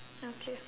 okay